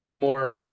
more